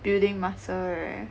building muscle right